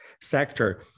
sector